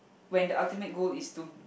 when the ultimate goal is to